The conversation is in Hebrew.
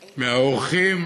מהעורכים,